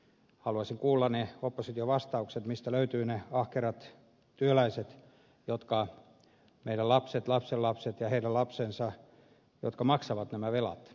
haluaisin kuulla opposition vastaukset mistä löytyvät ne ahkerat työläiset meidän lapsemme lapsenlapsemme ja heidän lapsensa jotka maksavat nämä velat